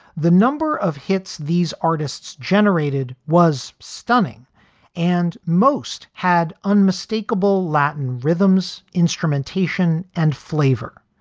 the number of hits these artists generated was stunning and most had unmistakable latin rhythms, instrumentation and flavor.